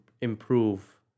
improve